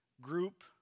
group